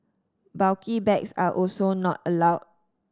bulky bags are also not allowed